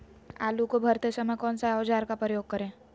आलू को भरते समय कौन सा औजार का प्रयोग करें?